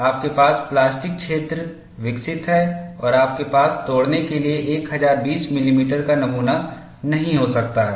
आपके पास प्लास्टिक क्षेत्र विकसित है और आपके पास तोड़ने के लिए 1020 मिलीमीटर का नमूना नहीं हो सकता है